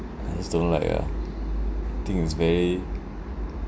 I just don't like ah I think it's very